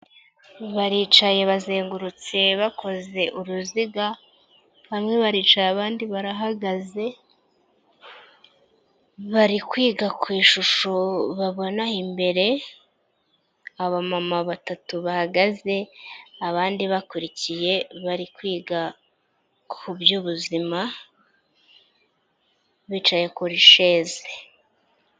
Baricaye bazengurutse bakoze uruziga, bamwe baricaye, abandi barahagaze, bari kwiga ku ishusho babona imbere, abamama batatu bahagaze, abandi bakurikiye bari kwiga ku by'ubuzima bicaye kuri sheze.